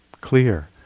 clear